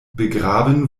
begraben